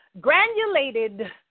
granulated